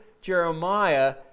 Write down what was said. Jeremiah